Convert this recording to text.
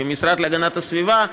כמשרד להגנת הסביבה,